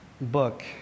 book